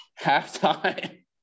halftime